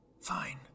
Fine